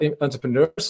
entrepreneurs